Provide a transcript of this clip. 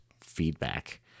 feedback